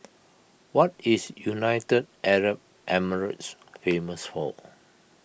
what is United Arab Emirates famous for